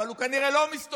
אבל הוא כנראה לא מסתובב